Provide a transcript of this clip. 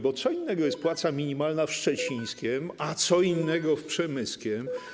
Bo co innego jest płaca minimalna w Szczecińskiem, a co innego w Przemyskiem.